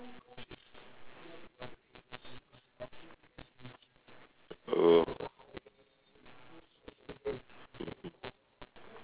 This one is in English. oh mmhmm